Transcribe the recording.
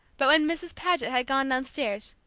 but when mrs. paget had gone downstairs,